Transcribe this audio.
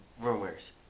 rumors